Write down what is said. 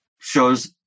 shows